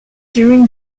during